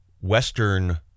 Western